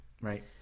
right